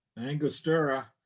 Angostura